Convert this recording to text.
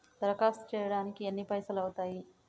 దరఖాస్తు చేయడానికి ఎన్ని పైసలు అవుతయీ?